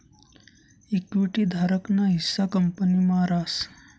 equity धारक ना हिस्सा कंपनी मा रास